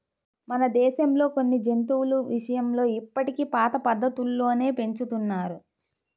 మన దేశంలో కొన్ని జంతువుల విషయంలో ఇప్పటికీ పాత పద్ధతుల్లోనే పెంచుతున్నారు